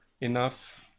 enough